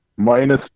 Minus